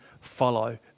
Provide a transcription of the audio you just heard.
follow